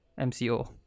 MCO